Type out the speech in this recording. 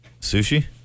Sushi